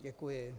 Děkuji...